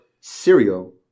cereal